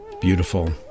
Beautiful